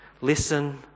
listen